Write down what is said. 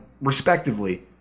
respectively